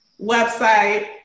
website